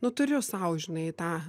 nu turiu sau žinai tą